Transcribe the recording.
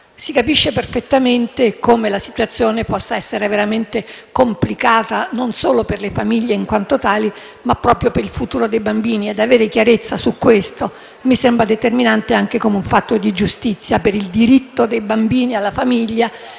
Si capisce perfettamente come la situazione possa essere veramente complicata, non solo per le famiglie in quanto tali, ma proprio per il futuro dei bambini. Avere chiarezza su questo mi sembra determinante anche come fatto di giustizia, per il diritto dei bambini alla famiglia